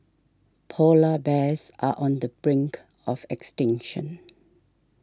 Polar Bears are on the brink of extinction